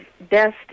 best